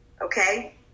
Okay